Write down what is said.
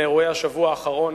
מאירועי השבוע האחרון,